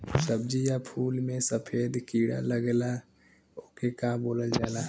सब्ज़ी या फुल में सफेद कीड़ा लगेला ओके का बोलल जाला?